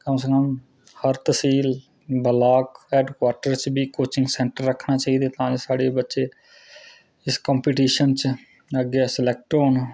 कम से कम हर तसील ब्लॉक हैडकुआटर च बी कोचिंग सैंटर रक्खने चाहिदे तां गै साढ़े बच्चे इस कम्पिटीशन च अग्गै सलैक्ट होन